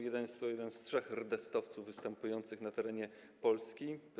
Jest to jeden z trzech rdestowców występujących na terenie Polski.